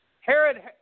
Herod